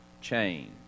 change